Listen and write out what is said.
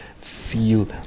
feel